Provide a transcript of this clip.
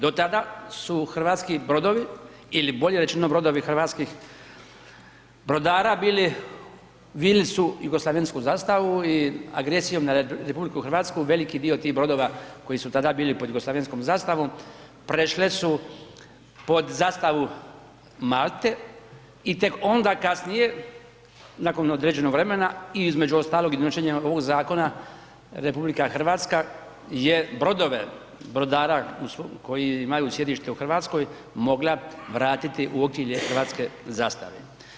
Do tada su hrvatski brodovi ili bolje rečeno brodovi hrvatskih brodara bili vili su jugoslavensku zastavu i agresijom na RH veliki dio tih brodova koji su tada bili pod jugoslavenskom zastavom prešle su pod zastavu Malte i tek onda kasnije nakon određenog vremena i između ostalog i donošenja ovog zakona RH je brodove brodara koji imaju sjedište u Hrvatskoj, mogla vratiti u okrilje hrvatske zastave.